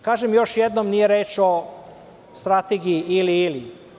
Kažem još jednom da nije reč o strategiji ili-ili.